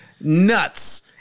nuts